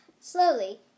Slowly